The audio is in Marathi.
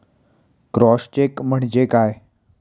क्रॉस चेक म्हणजे काय?